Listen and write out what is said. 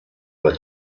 were